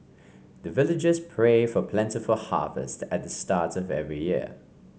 the villagers pray for plentiful harvest at the start of every year